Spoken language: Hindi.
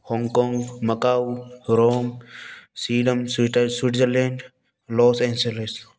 हॉन्ग काँग मकाउ रोम सीलम स्वेटर स्विट्जरलैंड लॉस एंजेलिस